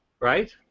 right